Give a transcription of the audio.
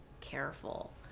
careful